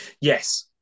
yes